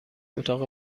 اتاق